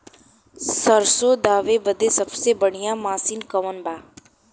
सरसों दावे बदे सबसे बढ़ियां मसिन कवन बा?